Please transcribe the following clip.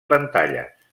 pantalles